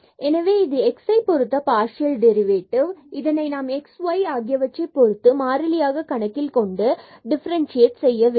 எனவே இது x சை பொருத்த பார்சியல் டெரிவேட்டிவ் இதனை நாம் x ஆகியவற்றைப் பொறுத்து y யை மாறிலியாக கணக்கில் கொண்டு டிஃபரண்சியேட் செய்ய வேண்டும்